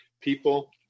People